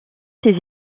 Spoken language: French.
ses